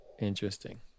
interesting